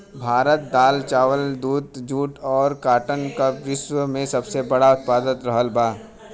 भारत दाल चावल दूध जूट और काटन का विश्व में सबसे बड़ा उतपादक रहल बा